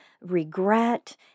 regret